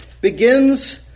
begins